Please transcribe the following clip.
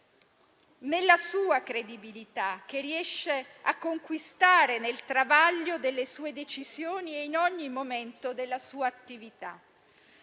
«nella sua credibilità, che riesce a conquistare nel travaglio delle sue decisioni e in ogni momento della sua attività».